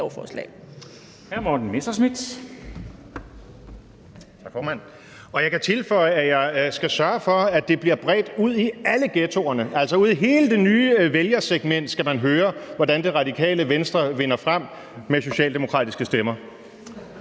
jeg kan tilføje, at jeg skal sørge for, at det bliver bredt ud i alle ghettoerne, altså ud i hele det nye vælgersegment skal man høre, hvordan Det Radikale Venstre vinder frem med socialdemokratiske stemmer.